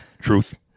Truth